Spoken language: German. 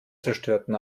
zerstörten